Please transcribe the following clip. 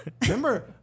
Remember